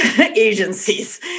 agencies